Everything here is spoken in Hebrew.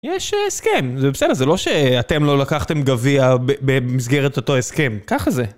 יש הסכם, זה בסדר, זה לא שאתם לא לקחתם גביע במסגרת אותו הסכם, ככה זה.